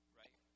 right